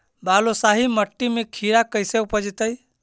बालुसाहि मट्टी में खिरा कैसे उपजतै?